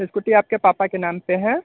scooty आपके पापा के नाम पर है